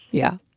yeah